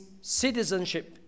citizenship